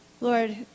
Lord